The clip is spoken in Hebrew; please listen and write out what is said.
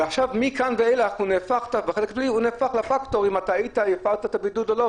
ועכשיו מכאן ואילך בחלק הזה הוא נהפך לפקטור אם הפרת את הבידוד או לא.